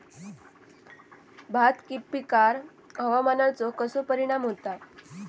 भात पिकांर हवामानाचो कसो परिणाम होता?